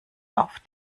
auf